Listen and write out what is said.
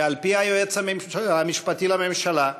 ועל-פי היועץ המשפטי לממשלה,